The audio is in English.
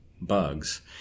bugs